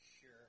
Sure